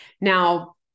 Now